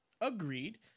Agreed